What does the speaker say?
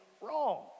wrong